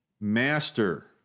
Master